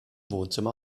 wohnzimmer